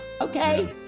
Okay